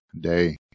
day